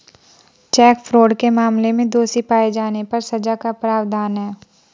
check fraud के मामले में दोषी पाए जाने पर सजा का प्रावधान है